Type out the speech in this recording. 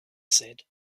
said